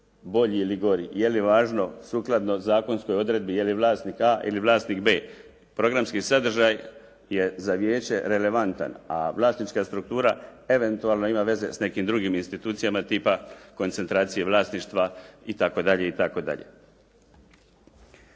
bolji ili gori, je li važno sukladno zakonskoj odredbi je li vlasnik A ili vlasnik B. Programski sadržaj je za vijeće relevantan a vlasnička struktura eventualno ima veze s nekim drugim institucijama tipa koncentracije vlasništva itd. Reći